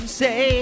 say